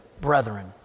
brethren